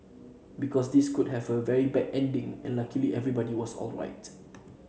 because this could have had a very bad ending and luckily everybody was alright